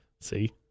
see